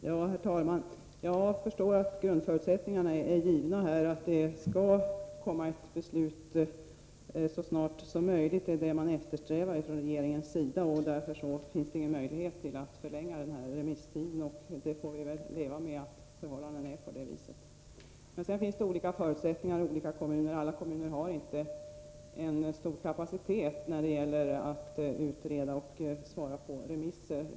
Herr talman! Jag förstår att grundförutsättningen är given, att regeringen eftersträvar att det skall komma ett beslut så snart som möjligt, och att det därför inte finns någon möjlighet att förlänga remisstiden. Vi får väl då leva med att förhållandena är på det viset. Men det finns olika förutsättningar i olika kommuner. Alla kommuner har inte så stor kapacitet när det gäller att utreda och svara på remisser.